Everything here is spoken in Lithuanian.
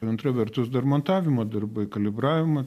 antra vertus dar montavimo darbai kalibravimo